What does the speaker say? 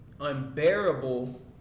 unbearable